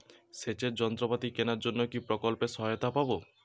সেচের যন্ত্রপাতি কেনার জন্য কি প্রকল্পে সহায়তা পাব?